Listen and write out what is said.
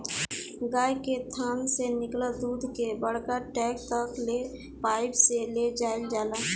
गाय के थान से निकलल दूध के बड़का टैंक तक ले पाइप से ले जाईल जाला